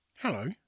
Hello